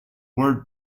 word